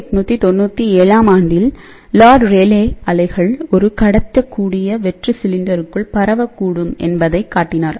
1897 ஆம் ஆண்டில் Lord Rayleigh அலைகள் ஒரு கடத்த கூடிய வெற்று சிலிண்டருக்குள்பரவக்கூடும் என்பதைக் காட்டினார்